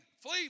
Flee